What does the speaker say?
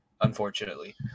unfortunately